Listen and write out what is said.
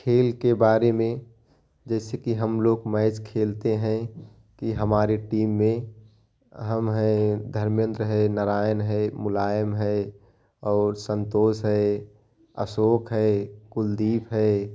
खेल के बारे में जैसे कि हम लोग मैच खेलते हैं कि हमारे टीम में हम हैं धरमेंद्र है नारायण है मुलायम है और संतोष है अशोक है कुलदीप है